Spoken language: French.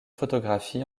photographie